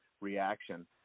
reaction